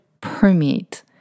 permeate